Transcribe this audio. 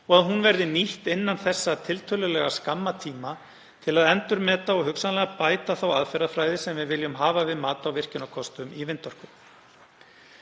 og að hún verði nýtt innan þessa tiltölulega skamma tíma til að endurmeta og hugsanlega bæta þá aðferðafræði sem við viljum hafa við mat á virkjunarkostum í vindorku.